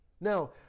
Now